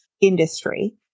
industry